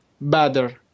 Better